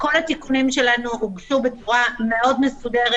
כל התיקונים שלנו הוגשו בצורה מאוד מסודרת.